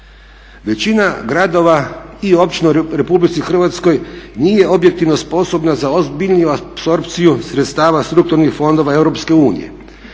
Većina gradova i općina u RH nije objektivno sposobna za ozbiljniju apsorpciju sredstava strukturnih fondova EU,